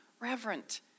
reverent